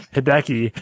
Hideki